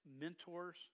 mentors